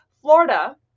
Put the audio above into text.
Florida